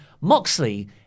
Moxley